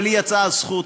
ולי הייתה הזכות,